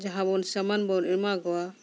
ᱡᱟᱦᱟᱸ ᱵᱚᱱ ᱥᱟᱢᱟᱱ ᱵᱚᱱ ᱮᱢᱟ ᱠᱚᱣᱟ